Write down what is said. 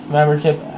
membership